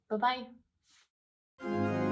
Bye-bye